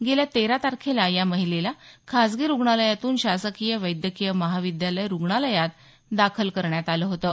गेल्या तेरा तारखेला या महिलेला खासगी रुग्णालयातून शासकीय वैद्यकीय महाविद्यालय आणि रुग्णालयात दाखल करण्यात आलं होतं